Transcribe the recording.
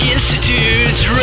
Institute's